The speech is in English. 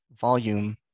volume